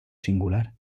singular